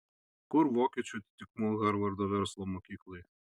kur vokiečių atitikmuo harvardo verslo mokyklai